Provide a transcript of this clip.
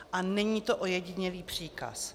A není to ojedinělý příkaz.